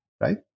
Right